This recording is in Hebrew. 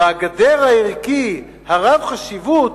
והגדר הערכי הרב-חשיבות,